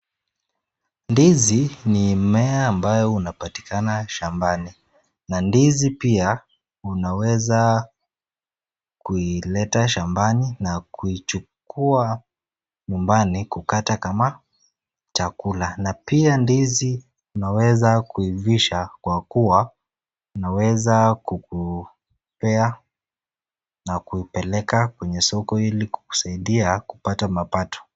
Ndizi ni mmea ambayo unapatikana shambani na ndizi pia unaweza kuileta shambani na kuichukua nyumbani kukata kama chakula na pia ndizi unaweza kuivisha kwa kuwa inaweza kukupea na kuipeleka kwenye soko ili kukusaidia kupata mapato.